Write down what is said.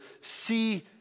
see